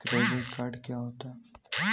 Credit card क्या होता है?